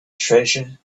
treasure